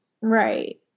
Right